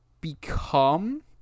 become